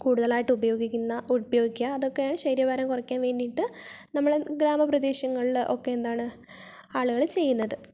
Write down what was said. കൂടുതലായിട്ട് ഉപയോഗിക്കുന്ന ഉപയോഗിക്കുക അതൊക്കെ ശരീര ഭാരം കുറയ്ക്കാൻ വേണ്ടിയിട്ട് നമ്മളുടെ ഗ്രാമപ്രദേശങ്ങളിൽ ഒക്കെ എന്താണ് ആളുകൾ ചെയുന്നത്